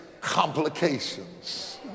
complications